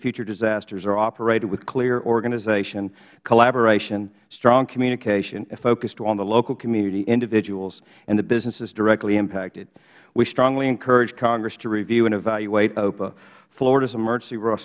future disasters are operated with clear organization collaboration strong communication focused on the local community individuals and the businesses directly impacted we strongly encourage congress to review and evaluate opa florida's emergency